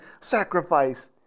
sacrifice